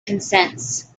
consents